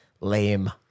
lame